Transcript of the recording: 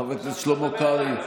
חבר הכנסת שלמה קרעי.